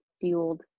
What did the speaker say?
fueled